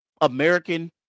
American